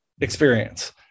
experience